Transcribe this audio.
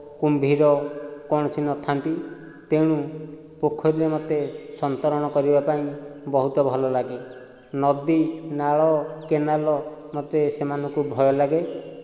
କୁମ୍ଭୀର କୌଣସି ନଥାନ୍ତି ତେଣୁ ପୋଖରୀରେ ମୋତେ ସନ୍ତରଣ କରିବାପାଇଁ ବହୁତ ଭଲଲାଗେ ନଦୀ ନାଳ କେନାଲ ମୋତେ ସେମାନଙ୍କୁ ଭୟ ଲାଗେ